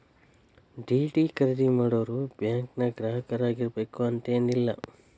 DD ಖರೇದಿ ಮಾಡೋರು ಬ್ಯಾಂಕಿನ್ ಗ್ರಾಹಕರಾಗಿರ್ಬೇಕು ಅಂತೇನಿಲ್ಲ